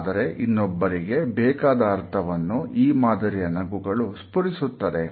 ಆದರೆ ಇನ್ನೊಬ್ಬರಿಗೆ ಬೇಕಾದ ಅರ್ಥವನ್ನು ಈ ಮಾದರಿಯ ನಗುಗಳು ಸ್ಪುರಿಸುತ್ತದೆ